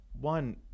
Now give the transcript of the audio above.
One